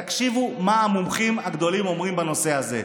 תקשיבו מה המומחים הגדולים אומרים בנושא הזה,